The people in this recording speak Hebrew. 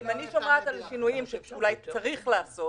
אם אני שומעת על שינויים שאולי צריך לעשות